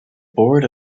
board